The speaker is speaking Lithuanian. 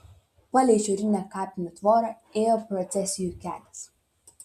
palei šiaurinę kapinių tvorą ėjo procesijų kelias